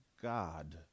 God